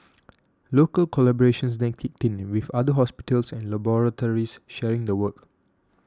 local collaborations then kicked in with other hospitals and laboratories sharing the work